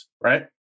right